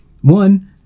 one